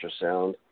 ultrasound